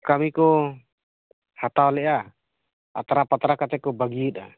ᱠᱟᱹᱢᱤ ᱠᱚ ᱦᱟᱛᱟᱣ ᱞᱮᱫᱼᱟ ᱟᱛᱨᱟ ᱯᱟᱛᱨᱟ ᱠᱟᱛᱮ ᱠᱚ ᱵᱟᱹᱜᱤᱭᱟᱫᱟ